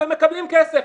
ומקבלים כסף,